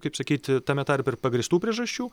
kaip sakyti tame tarpe ir pagrįstų priežasčių